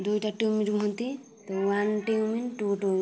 ଦୁଇଟା ଟିମ୍ ରୁହନ୍ତି ତ ୱାନ୍ ଟିମ୍ ଟୁ ଟୁ